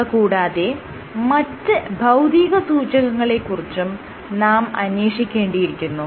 ഇവ കൂടാതെ മറ്റ് ഭൌതിക സൂചകങ്ങളെ കുറിച്ചും നാം അന്വേഷിക്കേണ്ടിയിരിക്കുന്നു